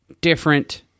different